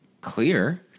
clear